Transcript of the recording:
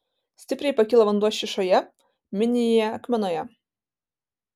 stipriai pakilo vanduo šyšoje minijoje akmenoje